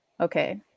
Okay